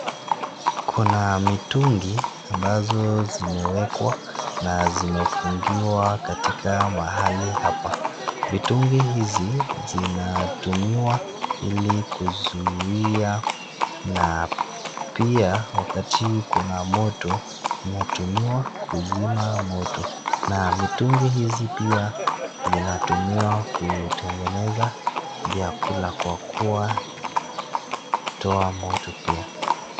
Kuna mitungi ambazo zimewekwa na zimefungiwa katika mahali hapa. Mitungi hizi zinatumiwa ili kuzuia na pia wakati kuna moto, inatumiwa kuzima moto. Na mitungi hizi pia zinatumiwa kutengeneza vyakula kwa kuwa inatoa moto pia.